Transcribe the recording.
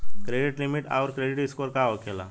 Credit limit आउर credit score का होखेला?